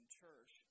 church